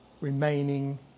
remaining